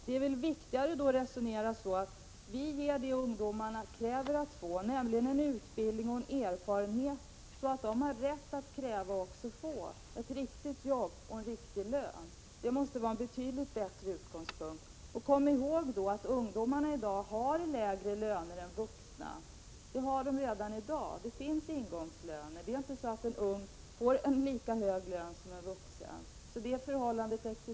Det är väl viktigare att ge ungdomarna utbildning och erfarenhet, så att de kan kräva och också få ett riktigt jobb och en riktig lön. Det måste vara en betydligt bättre utgångspunkt. Kom ihåg att ungdomar har lägre löner än vuxna. Ingångslöner är alltså någonting som existerar redan i dag.